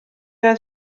oedd